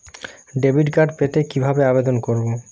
Debit card পেতে কিভাবে আবেদন করব?